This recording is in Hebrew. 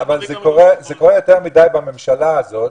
קורה יותר מדי בממשלה הזאת,